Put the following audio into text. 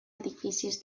edificis